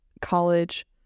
college